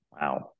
Wow